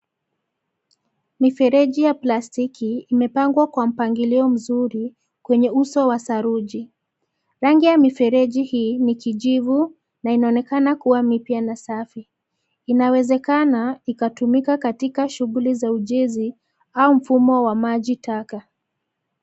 Mifereji ya plastiki imepangwa kwa mpangilio mzuri kwenye uso wa saruji. Rangi ya mifereji hii ni kijivu na inaonekana kuwa mipya na safi, inawezekana ikatumika katika shughuli za ujenzi au mfumo wa maji taka.